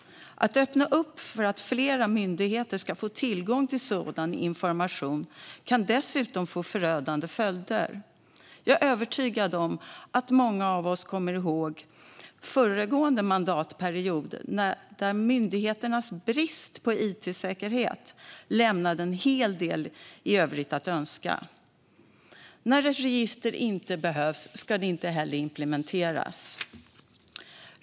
Att öppna för att flera myndigheter ska få tillgång till sådan information kan dessutom få förödande följder. Jag är övertygad om att många kommer ihåg föregående mandatperiod, där myndigheternas brist på it-säkerhet lämnade en hel del i övrigt att önska. När ett register inte behövs ska det inte heller implementeras.